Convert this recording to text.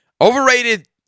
Overrated